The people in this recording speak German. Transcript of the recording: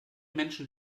menschen